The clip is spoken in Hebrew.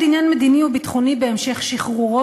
עניין מדיני או ביטחוני בהמשך שחרורו,